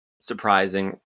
surprising